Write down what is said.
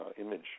image